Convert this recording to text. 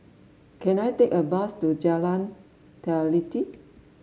can I take a bus to Jalan Teliti